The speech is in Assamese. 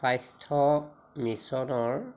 স্বাস্থ্য মিচনৰ